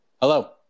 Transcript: Hello